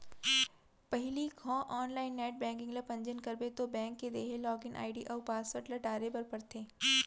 पहिली घौं online net banking ल पंजीयन करबे तौ बेंक के देहे लागिन आईडी अउ पासवर्ड ल डारे बर परथे